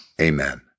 amen